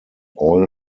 oil